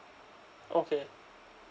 okay